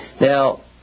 Now